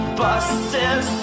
buses